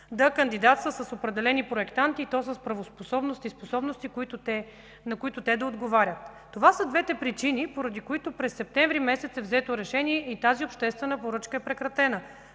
да кандидатства с определени проектанти, и то с правоспособност и способности, на които те да отговарят. Това са двете причини, поради които през септември месец е взето решение и тази обществена поръчка е прекратена,